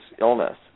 illness